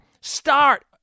start